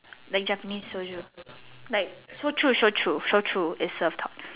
like Japanese soju like soju soju is of top